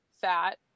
fat